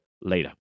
later